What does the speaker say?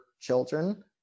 children